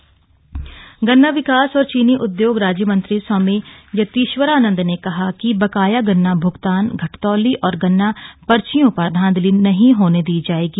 गन्ना मंत्री दौरा गन्ना विकास और चीनी उदयोग राज्यमंत्री स्वामी यतीश्वरानंद ने कहा है कि बकाया गन्ना भुगतान घटतौली और गन्ना पर्चियों पर धांधली नहीं होनी दी जाएगी